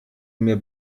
mir